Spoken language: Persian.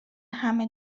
همه